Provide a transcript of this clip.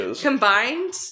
Combined